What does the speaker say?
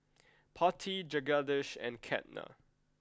Potti Jagadish and Ketna